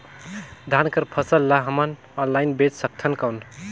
धान कर फसल ल हमन ऑनलाइन बेच सकथन कौन?